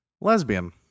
Lesbian